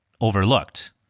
overlooked